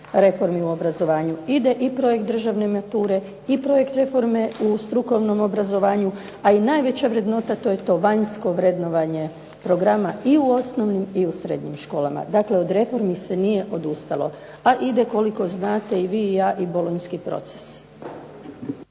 reformi u obrazovanju. Ide i projekt državne mature i projekt reforme u strukovnom obrazovanju, a i najveća vrednota to je to vanjsko vrednovanje programa i u osnovnim i u srednjim školama. Dakle, od reformi se nije odustalo. A ide koliko znate i vi i ja i bolonjski proces.